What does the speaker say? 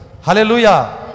Hallelujah